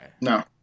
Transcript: no